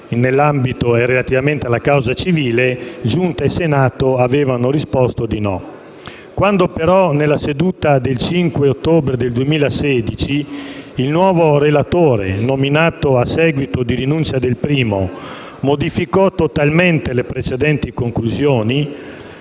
correttamente, relativamente alla causa civile, Giunta e Senato avevano negato. Quando, però, nella seduta del 5 ottobre 2016 il nuovo relatore, nominato a seguito di rinunzia del primo, modificò totalmente le precedenti conclusioni,